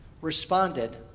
responded